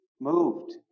moved